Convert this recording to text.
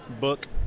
book